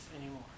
anymore